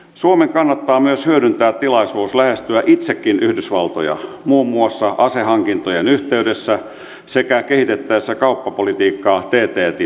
suomen kannattaa myös hyödyntää tilaisuus lähestyä itsekin yhdysvaltoja muun muassa asehankintojen yhteydessä sekä kehitettäessä kauppapolitiikkaa ttip sopimuksen kautta